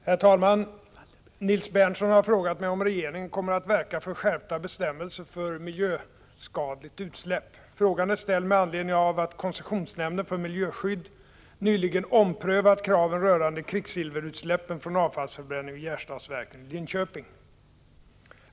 Herr talman! Nils Berndtson har frågat mig om regeringen kommer att verka för skärpta bestämmelser för miljöskadligt utsläpp. Frågan är ställd med anledning av att koncessionsnämnden för miljöskydd nyligen omprövat kraven rörande kvicksilverutsläppen från avfallsförbränning vid Gärstadsverket i Linköping.